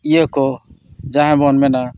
ᱤᱭᱟᱹ ᱠᱚ ᱡᱟᱦᱟᱸᱭ ᱵᱚᱱ ᱢᱮᱱᱟ